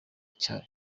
icyayi